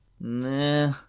nah